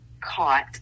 caught